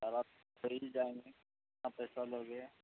چار آدمی جائیں گے کتنا پیسہ لوگے